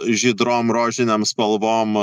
žydrom rožinėm spalvom